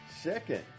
second